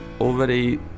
already